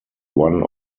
one